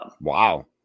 Wow